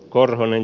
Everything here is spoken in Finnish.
korhonen